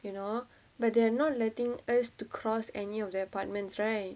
you know but they're not letting us to cross any of their apartments right